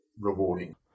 rewarding